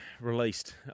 released